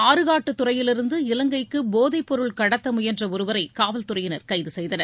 ஆறுகாட்டுத்துறையிலிருந்து இலங்கைக்கு போதைப் பொருள் கடத்த முயன்ற ஒருவரை காவல்துறையினர் கைது செய்தனர்